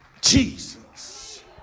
Jesus